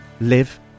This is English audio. live